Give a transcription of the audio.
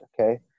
okay